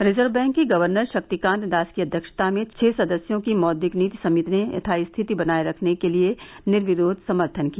reserve bank के governor Shaktikanta Das की अध्यक्षता में छह सदस्यों की मौद्रिक नीति समिति ने यथास्थिति बनाए रखने के लिए निर्विरोध समर्थन किया